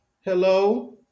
hello